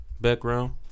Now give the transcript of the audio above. background